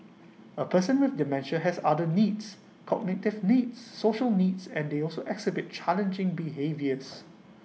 A person with dementia has other needs cognitive needs social needs and they also exhibit challenging behaviours